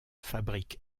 fabrique